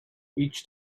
each